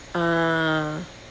ah